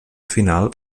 final